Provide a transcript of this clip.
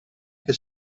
che